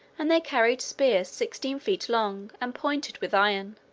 and they carried spears sixteen feet long, and pointed with iron,